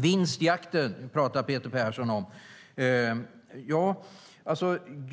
Vinstjakten pratar Peter Persson om.